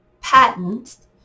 patents